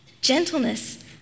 Gentleness